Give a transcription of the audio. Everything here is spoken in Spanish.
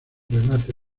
remate